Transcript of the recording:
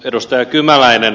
edustaja kymäläinen